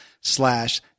slash